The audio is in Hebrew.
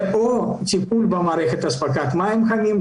או טיפול במערכת אספקת מים חמים.